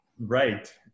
Right